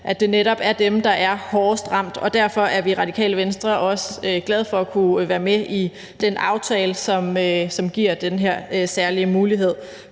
at det netop er dem, der er hårdest ramt, og derfor er vi i Radikale Venstre også glade for at kunne være med i den aftale, som giver den her særlige mulighed